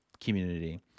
community